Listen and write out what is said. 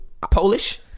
Polish